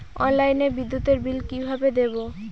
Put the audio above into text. অনলাইনে বিদ্যুতের বিল কিভাবে দেব?